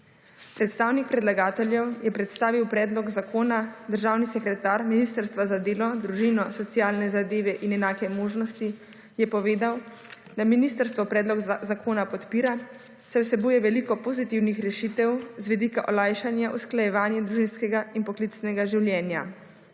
Predstavnik predlagateljev je predstavil predlog zakona. Državni sekretar Ministrstva za delo, družino, socialne zadeve in enake možnosti je povedal, da ministrstvo predlog zakona podpira, saj vsebuje veliko pozitivnih rešitev z vidika olajšanja, usklajevanja družinskega in poklicnega življenja.